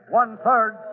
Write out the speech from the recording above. one-third